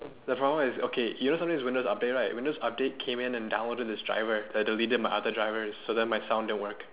the problem is okay you know sometimes windows update right windows update came in and downloaded this driver that deleted my other drivers so then my sound didn't work